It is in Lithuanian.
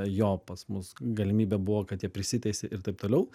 jo pas mus galimybė buvo kad jie prisiteisė ir taip toliau